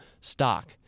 stock